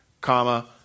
comma